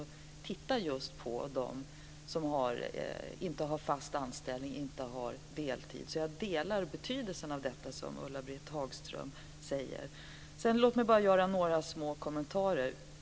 Den ska just titta på dem som inte har fast anställning och inte har heltid. Jag håller med om betydelsen av det som Ulla-Britt Jag vill göra några små kommentarer.